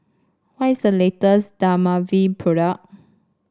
what is the latest Dermaveen product